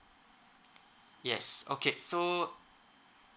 yes okay so